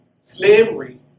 slavery